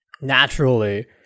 naturally